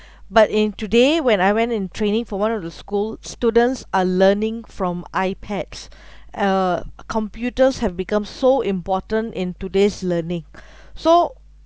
but in today when I went in training for one of the school students are learning from ipads uh computers have become so important in today's learning so